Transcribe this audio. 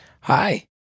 Hi